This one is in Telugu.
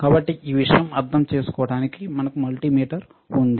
కాబట్టి ఈ విషయాన్ని అర్థం చేసుకోవడానికి మనకు మల్టీమీటర్ ఉంది